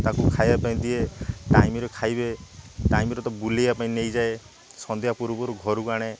ତାକୁ ଖାଇବା ପାଇଁ ଦିଏ ଟାଇମ୍ରେ ଖାଇବେ ଟାଇମ୍ରେ ତ ବୁଲିବା ପାଇଁ ନେଇ ଯାଏ ସନ୍ଧ୍ୟା ପୂର୍ବରୁ ଘରକୁ ଆଣେ